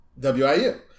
WIU